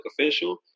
official